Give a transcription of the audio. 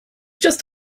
just